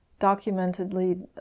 documentedly